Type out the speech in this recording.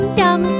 yum